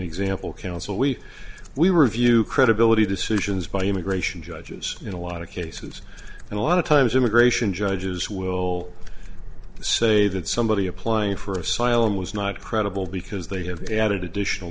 example counsel we we were view credibility decisions by immigration judges in a lot of cases and a lot of times immigration judges will say that somebody applying for asylum was not credible because they have added additional